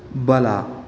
ಬಲ